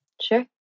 Sure